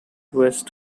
west